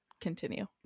continue